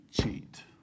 cheat